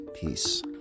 peace